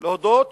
להודות